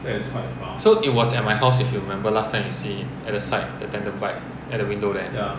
so it was at my house if you remember last time you see at the side the tandem bike at the window there